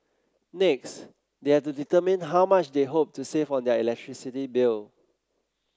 next they have to determine how much they hope to save on their electricity bill